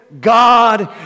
God